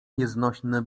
nieznośny